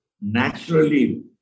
naturally